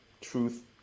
truth